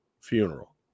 funeral